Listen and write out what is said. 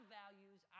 values